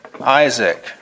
Isaac